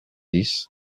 dix